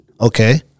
okay